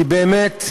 כי באמת,